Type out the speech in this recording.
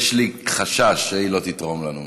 יש לי חשש שהיא לא תתרום לנו,